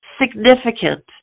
significant